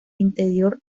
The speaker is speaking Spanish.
interior